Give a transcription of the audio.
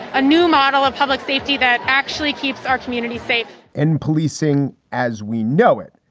a new model of public safety that actually keeps our community safe and policing as we know it